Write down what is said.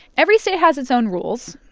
every state has its own rules.